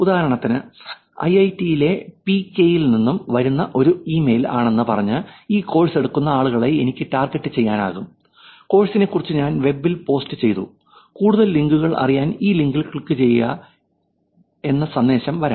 ഉദാഹരണത്തിന് ഐഐഐടി യിലെ പികെ യിൽ നിന്ന് വരുന്ന ഒരു ഇമെയിൽ ആണെന്ന് പറഞ്ഞ് ഈ കോഴ്സ് എടുക്കുന്ന ആളുകളെ എനിക്ക് ടാർഗെറ്റു ചെയ്യാനാകും കോഴ്സിനെക്കുറിച്ച് ഞാൻ വെബിൽ പോസ്റ്റ് ചെയ്ത കൂടുതൽ ലിങ്കുകൾ അറിയാൻ ഈ ലിങ്കിൽ ക്ലിക്ക് ചെയ്യുക സന്ദേശം വരാം